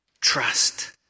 Trust